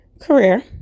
career